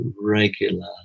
regular